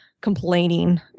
complaining